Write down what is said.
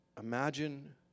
Imagine